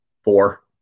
Four